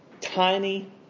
tiny